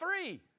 three